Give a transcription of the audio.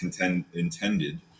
intended